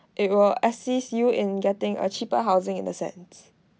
it will asist you and getting a cheaper housing in the sense